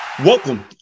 Welcome